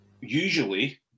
usually